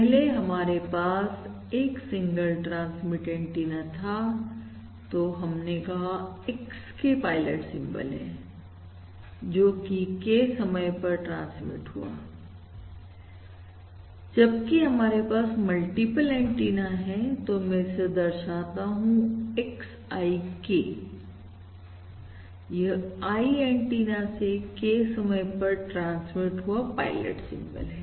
पहले हमारे पास एक सिंगल ट्रांसमिट एंटीना था तो हमने कहा XK पायलट सिंबल है जोकि K समय पर ट्रांसमिट हुआ जबकि हमारे पास मल्टीपल एंटीना हैतो मैं दर्शाता हूं X I K यह I एंटीना से K समय पर ट्रांसमिट हुआ पायलट सिंबल है